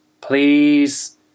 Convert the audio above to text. Please